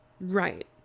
Right